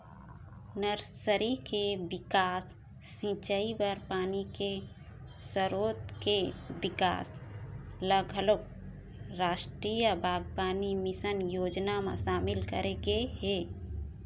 nursery के बिकास, सिंचई बर पानी के सरोत के बिकास ल घलोक रास्टीय बागबानी मिसन योजना म सामिल करे गे हे